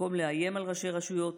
במקום לאיים על ראשי רשויות,